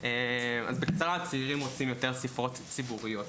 אז בקצרה הצעירים רוצים יותר ספריות ציבוריות.